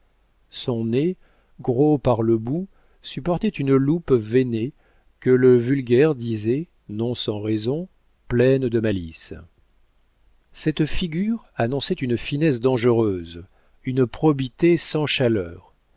son nez gros par le bout supportait une loupe veinée que le vulgaire disait non sans raison pleine de malice cette figure annonçait une finesse dangereuse une probité sans chaleur